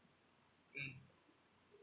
mm